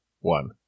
one